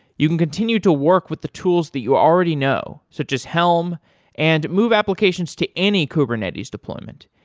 you can continue to work with the tools that you already know, such as helm and move applications to any kubernetes deployment.